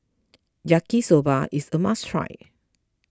Yaki Soba is a must try